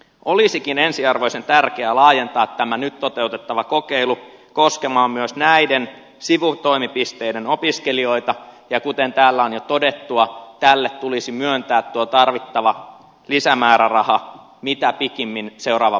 olisikin ensiarvoisen tärkeää laajentaa tämä nyt toteutettava kokeilu koskemaan myös näiden sivutoimipisteiden opiskelijoita ja kuten täällä on jo todettu tälle tulisi myöntää tuo tarvittava lisämääräraha mitä pikimmin seuraavan vuoden talousarvioon